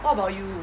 what about you